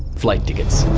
flight tickets.